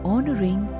Honoring